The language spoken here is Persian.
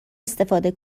استفاده